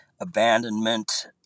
abandonment